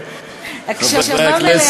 הקשבה מלאה.